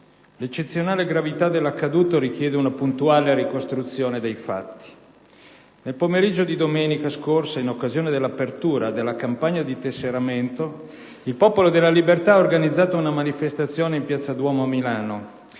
L'eccezionale gravità dell'accaduto richiede una puntuale ricostruzione dei fatti. Nel pomeriggio di domenica scorsa, in occasione dell'apertura della campagna di tesseramento, il Popolo della Libertà ha organizzato una manifestazione in piazza Duomo a Milano,